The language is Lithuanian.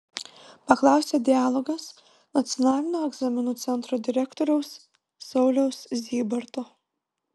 paklausė dialogas nacionalinio egzaminų centro direktoriaus sauliaus zybarto